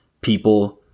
people